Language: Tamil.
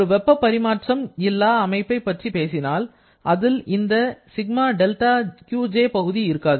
ஒரு வெப்பப் பரிமாற்றம் எல்லா அமைப்பை பற்றி பேசினால் அதில் இந்தப் ΣδQj பகுதி இருக்காது